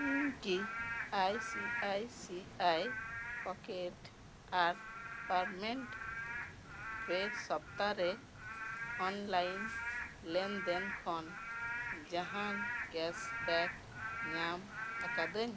ᱤᱧᱠᱤ ᱟᱭ ᱥᱤ ᱟᱭ ᱥᱤ ᱟᱭ ᱯᱚᱠᱮᱴᱥ ᱟᱨ ᱯᱟᱨᱚᱢᱮᱱ ᱯᱮ ᱥᱚᱯᱛᱟᱨᱮ ᱚᱱᱞᱟᱭᱤᱱ ᱞᱮᱱᱫᱮᱱ ᱠᱷᱚᱱ ᱡᱟᱦᱟᱱ ᱠᱮᱥᱵᱮᱠ ᱧᱟᱢ ᱟᱠᱟᱫᱟᱹᱧ